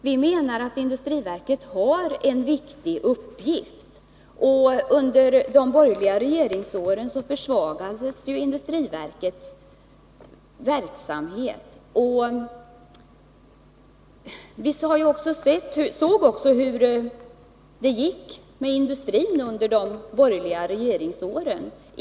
Vi menar att industriverket har en viktig uppgift. Under de borgerliga åren försvagades industriverket. Vi såg också hur det gick för industrin under denna tid.